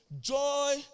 Joy